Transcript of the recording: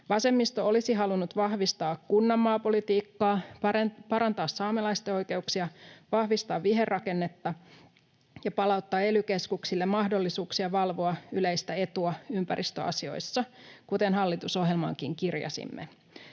Vasemmisto olisi halunnut vahvistaa kunnan maapolitiikkaa, parantaa saamelaisten oikeuksia, vahvistaa viherrakennetta ja palauttaa ely-keskuksille mahdollisuuksia valvoa yleistä etua ympäristöasioissa, kuten hallitusohjelmaankin kirjasimme.